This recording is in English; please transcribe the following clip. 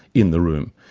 in the room.